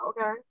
okay